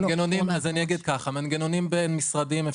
מנגנונים בין משרדיים,